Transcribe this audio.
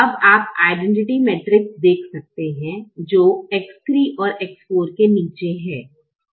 अब आप identity matrix देख सकते हैं जो X3 और X4 के नीचे है